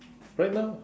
right now